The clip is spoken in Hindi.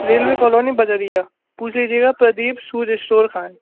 रेलवे कॉलोनी बजरिया पूछ लीजिएगा प्रदीप सूर्य स्टोर कहाँ है